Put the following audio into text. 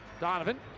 Donovan